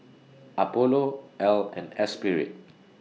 Apollo Elle and Espirit